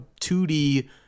2D